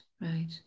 right